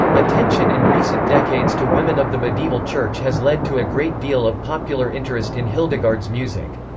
attention in recent decades to women of the medieval church has led to a great deal of popular interest in hildegard's music.